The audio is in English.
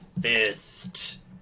Fist